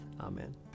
Amen